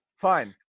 Fine